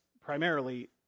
primarily